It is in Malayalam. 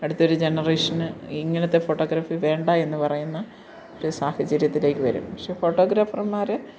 അടുത്തൊരു ജനറേഷന് ഇങ്ങനത്തെ ഫോട്ടോഗ്രാഫി വേണ്ട എന്ന്പറയുന്ന ഒരു സാഹചര്യത്തിലേക്ക് വരും പക്ഷെ ഫോട്ടോഗ്രാഫര്മാര്